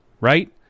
right